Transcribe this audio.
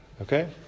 Okay